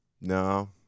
no